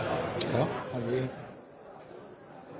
Ja, vi